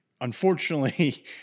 Unfortunately